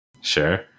Sure